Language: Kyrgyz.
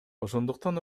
ошондуктан